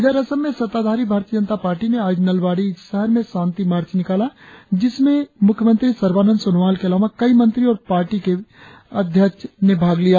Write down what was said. इधर असम में सत्ताधारी भारतीय जनता पार्टी ने आज नलबाड़ी शहर में शांति मार्च निकाला जिसमें मुख्यमंत्री सर्बानंद सोनोवाल के अलावा कई मंत्री और पार्टी के प्रदेश अध्यक्ष ने भाग लिया